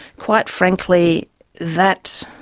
quite frankly that